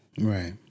Right